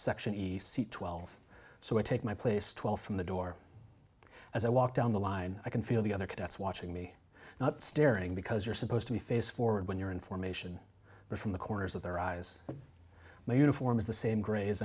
section isi twelve so i take my place twelve from the door as i walk down the line i can feel the other cadets watching me not staring because you're supposed to be face forward when you're information from the corners of their eyes my uniform is the same grays a